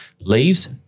leaves